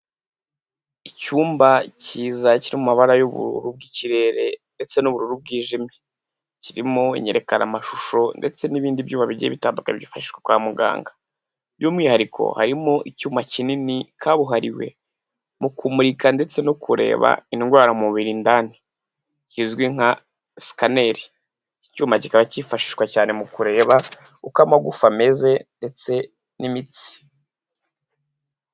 Icyumba cyiza kiri mu mabara y'ubururu bw'ikirere ndetse n'ubururu bwijimye. Kirimo inyerekanamashusho ndetse n'ibindi byuma bigiye bitandukanye byifashishwa kwa muganga, by'umwihariko harimo icyuma kinini kabuhariwe mu kumurika ndetse no kureba indwara mu mubiri indani kizwi nka sikaneri. Iki cyuma kikaba cyifashishwa cyane mu kureba uko amagufa ameze ndetse n'imitsi.